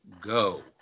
go